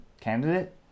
candidate